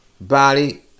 body